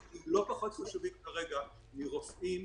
ואנחנו לא פחות חשובים כרגע מרופאים,